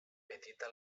petita